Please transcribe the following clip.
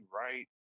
right